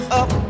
up